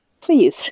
please